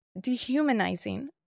Dehumanizing